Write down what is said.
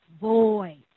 void